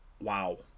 Wow